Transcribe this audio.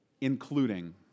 including